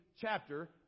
chapter